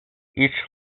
each